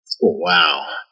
Wow